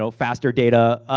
so faster data?